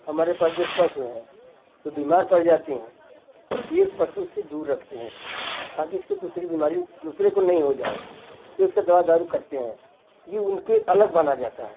हमारे पास जो पशु हैं जो बीमार पड़ जाती हैं एक पशु से दूर रखते हैं उसको ताकि इसको दूसरी बीमारी दूसरे को नई हो जाए इसलिए इसका दवा दारू करते हैं ये उनके अलग बांधा जाता है